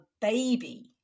baby